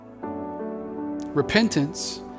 Repentance